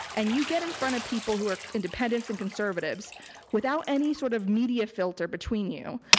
and you get in front of people who are independents and conservatives without any sort of media filter between you,